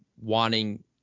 wanting